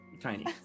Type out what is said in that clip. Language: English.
Tiny